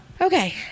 okay